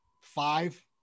five